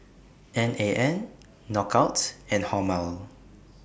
N A N Knockout and Hormel